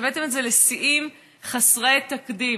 הבאתם את זה לשיאים חסרי תקדים.